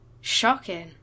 Shocking